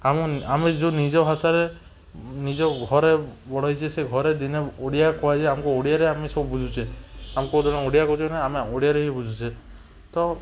ଆମେ ଯେଉଁ ନିଜ ଭାଷାରେ ନିଜ ଘରେ ବଢ଼ିଛେ ସେ ଘରେ ଦିନେ ଓଡ଼ିଆ କୁହାଯାଏ ଆମକୁ ଓଡ଼ିଆରେ ଆମେ ସବୁ ବୁଝୁଛେ ଆମେ ଓଡ଼ିଆରେ ହିଁ ବୁଝୁଛେ ତ